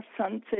sunset